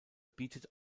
bietet